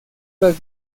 las